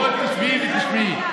בואי תשבי ותשמעי.